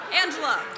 Angela